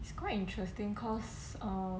it's quite interesting cause um